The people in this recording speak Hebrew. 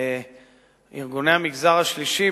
ארגוני המגזר השלישי,